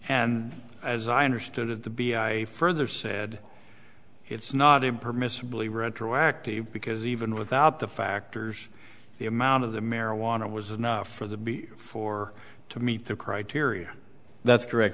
and as i understood it to be i further said it's not impermissibly retroactive because even without the factors the amount of the marijuana was enough for the b four to meet the criteria that's correct